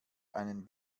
einen